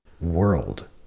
world